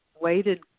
waited